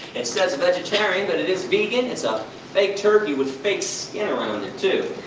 it says vegetarian but it is vegan. it's a fake turkey with fake skin around it, too.